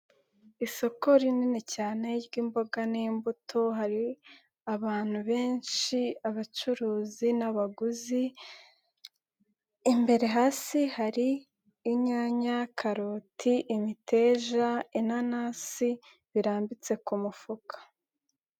Isoko rinini cyane ry'imboga n'imbuto, hari abantu benshi abacuruzi n'abaguzi, imbere hasi hari inyanya, karoti, imiteja, inanasi, birambitse ku mufuka.